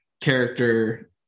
character